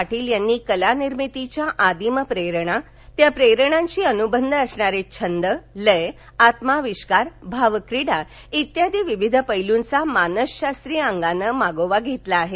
पाटील यांनी कलानिर्मितीच्या आदिम प्रेरणा त्या प्रेरणांशी अनुबंध असणारे छंद लय आत्माविष्कार भावक्रीडा इत्यादी विविध पैलूंचा मानसशास्त्रीय अंगाने मागोवा घेतला आहे